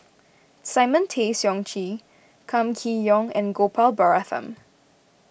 Simon Tay Seong Chee Kam Kee Yong and Gopal Baratham